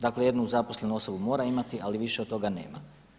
Dakle jednu zaposlenu osobu mora imati, ali više od toga nema.